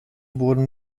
wurden